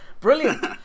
brilliant